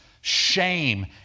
shame